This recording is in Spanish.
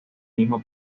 mismo